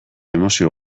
emozio